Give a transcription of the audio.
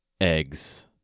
eggs